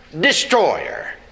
destroyer